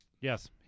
Yes